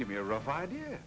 give me a rough idea